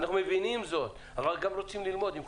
אבל אנחנו רוצים ללמוד.